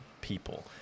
people